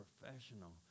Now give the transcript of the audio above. professional